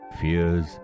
fears